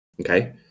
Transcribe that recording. okay